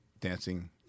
dancing